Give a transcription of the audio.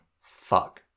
fuck